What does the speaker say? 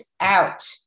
out